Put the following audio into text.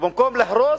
במקום להרוס,